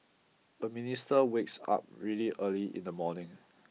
a minister wakes up really early in the morning